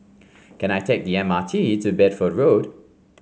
can I take the M R T to Bedford Road